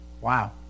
wow